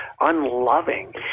unloving